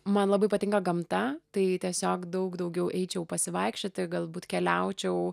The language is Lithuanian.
man labai patinka gamta tai tiesiog daug daugiau eičiau pasivaikščioti galbūt keliaučiau